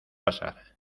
pasar